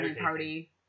party